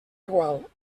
igual